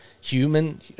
human